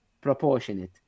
proportionate